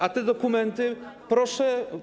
A te dokumenty, proszę.